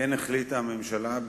כן החליטה הממשלה,